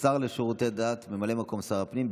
השר לשירותי דת וממלא מקום שר הפנים,